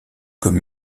comme